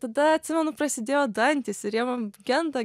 tada atsimenu prasidėjo dantys ir man genda